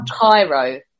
Cairo